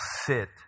sit